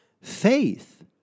faith